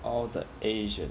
all the asian